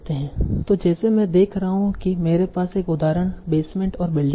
तो जैसे मैं देख रहा हूं कि मेरे पास एक उदाहरण बेसमेंट और बिल्डिंग है